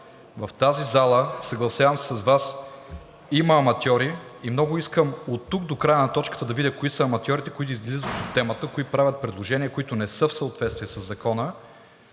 В тази зала, съгласявам се с Вас, има аматьори и много искам оттук до края на точката да видя кои са аматьорите, които излизат от темата, които правят предложения, които не са в съответствие със Закона.